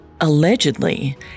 Allegedly